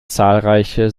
zahlreiche